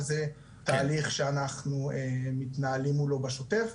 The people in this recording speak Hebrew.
וזה תהליך שאנחנו מתנהלים מולו בשוטף.